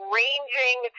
ranging